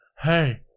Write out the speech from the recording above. hey